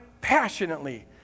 passionately